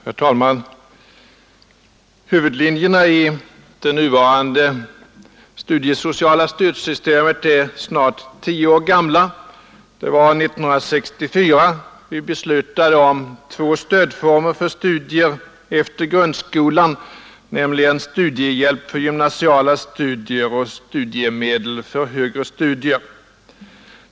Herr talman! Huvudlinjerna i det nuvarande studiesociala stödsystemet är snart tio år gamla. Det var 1964 som vi beslutade om två stödformer för studier efter grundskolan, nämligen studiehjälp för gymnasiala studier och studiemedel för högre studier.